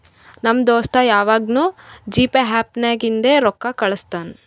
ನಮ್ ದೋಸ್ತ ಯವಾಗ್ನೂ ಜಿಪೇ ಆ್ಯಪ್ ನಾಗಿಂದೆ ರೊಕ್ಕಾ ಕಳುಸ್ತಾನ್